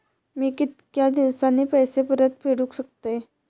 मी कीतक्या दिवसांनी पैसे परत फेडुक शकतय?